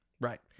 Right